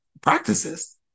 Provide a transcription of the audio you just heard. practices